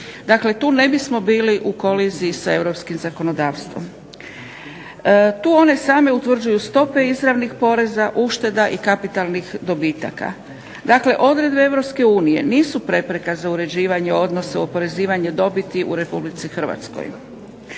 Dakle, tu ne bismo bili u koliziji sa europskim zakonodavstvom. Tu one same utvrđuju stope izravnih poreza, ušteda i kapitalnih dobitaka. Dakle, odredbe Europske unije nisu prepreka za uređivanje odnosa u oporezivanju dobiti u Republici Hrvatskoj.